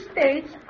states